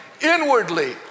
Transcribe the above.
Inwardly